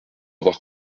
avoir